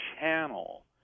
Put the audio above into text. channel